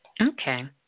Okay